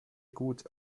gut